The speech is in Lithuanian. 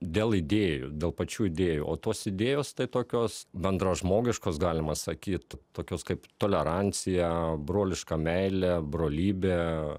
dėl idėjų dėl pačių idėjų o tos idėjos tokios bendražmogiškos galima sakyt tokios kaip tolerancija broliška meilė brolybė